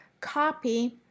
copy